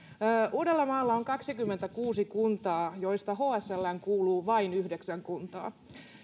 uudellamaalla on kaksikymmentäkuusi kuntaa joista hslään kuuluu vain yhdeksän kuntaa